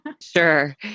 Sure